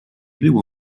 było